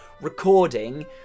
recording